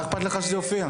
מה אכפת לך שזה יופיע?